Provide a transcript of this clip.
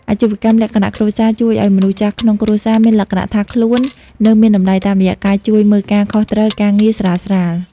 អាជីវកម្មលក្ខណៈគ្រួសារជួយឱ្យមនុស្សចាស់ក្នុងគ្រួសារមានអារម្មណ៍ថាខ្លួននៅមានតម្លៃ តាមរយៈការជួយមើលការខុសត្រូវការងារស្រាលៗ។